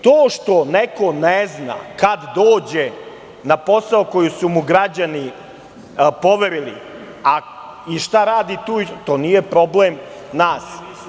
To što neko ne zna kada dolazi na posao koji su mu građani poverili i šta tu radi, to nije problem nas.